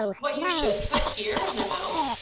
what you should put here in the note,